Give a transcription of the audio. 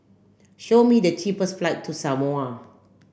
show me the cheapest flight to Samoa